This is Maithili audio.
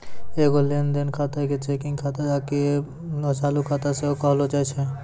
एगो लेन देन खाता के चेकिंग खाता आकि चालू खाता सेहो कहलो जाय छै